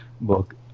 book